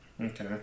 Okay